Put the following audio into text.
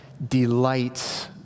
Delights